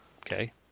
Okay